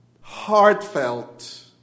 heartfelt